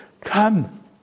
come